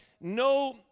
no